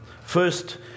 First